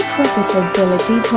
Profitability